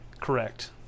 Correct